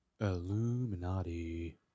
Illuminati